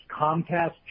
Comcast